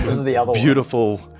beautiful